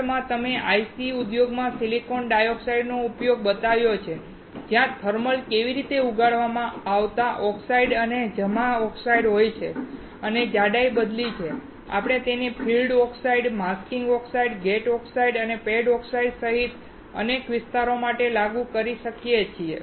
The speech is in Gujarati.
આગળ મેં તમને IC ઉદ્યોગમાં સિલિકોન ડાયોક્સાઇડનો ઉપયોગ બતાવ્યો જ્યાં થર્મલ રીતે ઉગાડવામાં આવતા ઓક્સાઇડ અને જમા ઓક્સાઇડ હોય છે અને જાડાઈ બદલીને આપણે તેને field oxide masking oxide gate oxide અને પેડ ઓક્સાઇડ સહિત અનેક સ્તરો માટે લાગુ કરી શકીએ છીએ